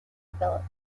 developed